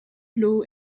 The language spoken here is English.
blow